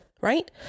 right